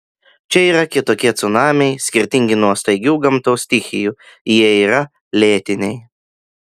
čia yra kitokie cunamiai skirtingi nuo staigių gamtos stichijų jie yra lėtiniai